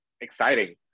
exciting